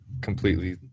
completely